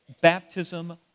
baptism